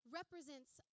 represents